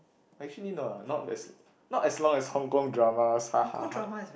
actually no lah not as not as long as Hong-Kong dramas hahaha